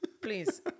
please